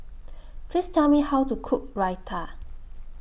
Please Tell Me How to Cook Raita